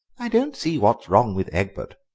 i don't see what's wrong with egbert,